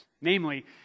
namely